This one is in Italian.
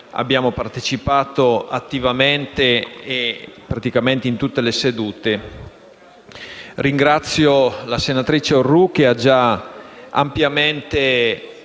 abbiamo partecipato attivamente in tutte le sedute. Ringrazio la senatrice Orrù, che ha già ampiamente